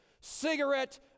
Cigarette